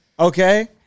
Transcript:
Okay